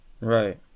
Right